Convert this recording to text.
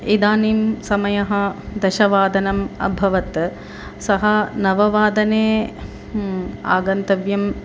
इदानीं समयः दशवादनम् अभवत् सः नववादने आगन्तव्यम्